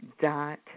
Dot